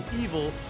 evil